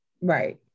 right